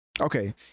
okay